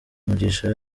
mugisha